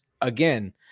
again